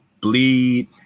bleed